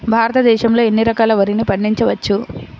భారతదేశంలో ఎన్ని రకాల వరిని పండించవచ్చు